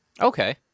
Okay